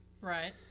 Right